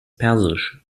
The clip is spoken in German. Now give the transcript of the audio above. persisch